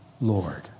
Lord